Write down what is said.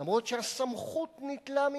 אף שהסמכות ניטלה ממנה.